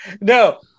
no